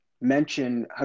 mention